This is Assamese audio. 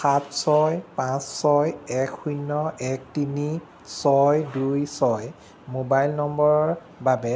সাত ছয় পাঁচ ছয় এক শূন্য এক তিনি ছয় দুই ছয় মোবাইল নম্বৰৰ বাবে